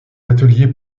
ateliers